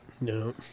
No